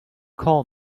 call